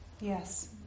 Yes